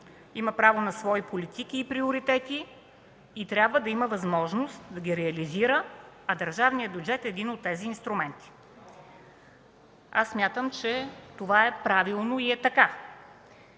има право на свои политики и приоритети и трябва да има възможност да ги реализира, а държавният бюджет е един от тези инструменти. Аз смятам, че това е правилно и е така.